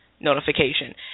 notification